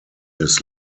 his